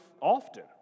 often